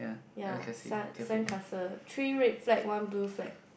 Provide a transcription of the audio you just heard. yea sun sand castle three red flat one blue flat